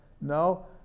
No